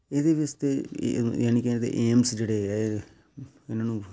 ਇਹਦੇ ਵਿੱਚ ਤਾਂ ਏ ਜਾਣੀ ਕਿ ਏਮਸ ਜਿਹੜੇ ਹੈ ਇਹਨਾਂ ਨੂੰ